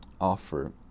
offer